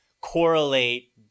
correlate